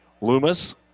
Loomis